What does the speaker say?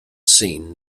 seen